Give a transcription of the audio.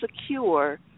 secure